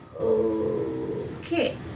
Okay